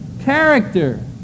character